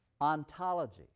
ontology